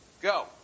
Go